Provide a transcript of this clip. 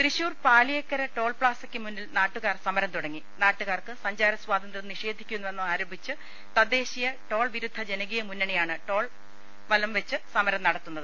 തൃശൂർ പാലിയേക്കരിട്ടോൾ പ്ലാസക്കു മു ന്നിൽ നാട്ടുകാർ സമരം തുടങ്ങി നാട്ടു കാർക്ക് സഞ്ചാര സ്വാതന്ത്ര്യം നിഷേധിക്കുന്നുവെന്ന് ആരോപിച്ച് തദ്ദേശീയ ടോൾ വിരുദ്ധ ജനകീയ മുന്നണിയാണ് ടോൾ വലംവെച്ച് സമരം നടത്തുന്നത്